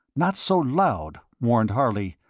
not so loud, warned harley.